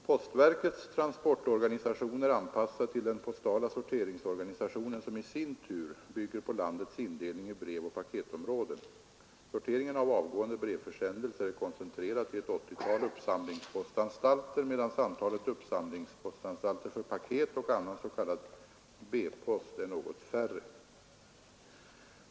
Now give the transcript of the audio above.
Postverkets transportorganisation är anpassad till den postala sorteringsorganisation, som i sin tur bygger på landets indelning i brevoch paketområden. Sorteringen av avgående brevförsändelser är koncentrerad till ett 80-tal uppsamlingspostanstalter, medan antalet uppsamlingspostanstalter för paket och annan s.k. B-post är något mindre.